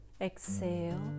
Exhale